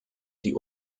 die